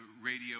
radio